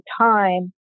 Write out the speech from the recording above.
time